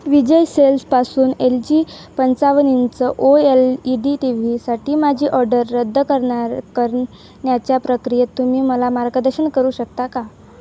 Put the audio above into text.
विजय सेल्सपासून L G पंचावन्न inch O L E D T व्हीसाठी माझी ऑर्डर रद्द करनार करण्याच्या प्रक्रियेत तुम्ही मला मार्गदर्शन करू शकता का